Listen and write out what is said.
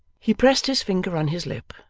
he pressed his finger on his lip,